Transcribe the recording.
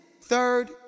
Third